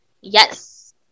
yes